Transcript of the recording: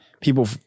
people